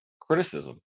criticism